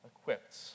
equipped